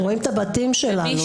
רואים את הבתים שלנו.